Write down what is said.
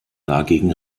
dagegen